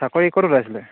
চাকৰি ক'ত ওলাইছিলে